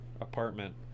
apartment